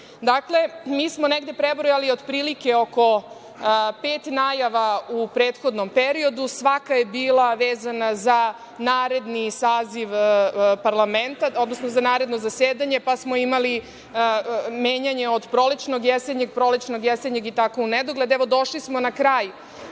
mi smo negde prebrojali otprilike oko pet najava u prethodnom periodu. Svaka je bila vezana za naredni saziv parlamenta, odnosno za naredno zasedanje, pa smo imali menjanje od prolećnog, jesenjeg, prolećnog, jesenjeg i tako u nedogled. Evo, došli smo na kraj